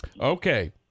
Okay